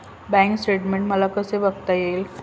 Bank statement मला कसे बघता येईल?